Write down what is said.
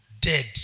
dead